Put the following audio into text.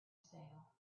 sale